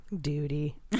duty